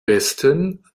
besten